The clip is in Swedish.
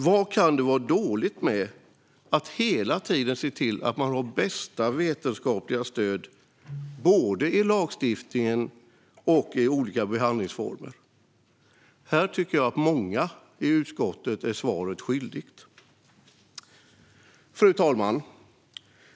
Vad kan vara dåligt med att hela tiden se till att ha bästa vetenskapliga stöd i både lagstiftning och olika behandlingsformer? Här blir många i utskottet svaret skyldiga. Fru talman!